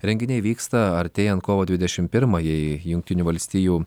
renginiai vyksta artėjant kovo dvidešit pirmajai jungtinių valstijų